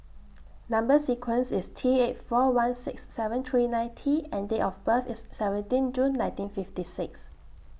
Number sequence IS T eight four one six seven three nine T and Date of birth IS seventeen June nineteen fifty six